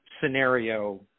scenario